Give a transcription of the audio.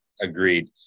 agreed